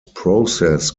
process